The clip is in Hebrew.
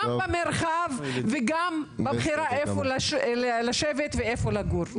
במרחב וגם בבחירה איפה לשבת ואיפה לגור.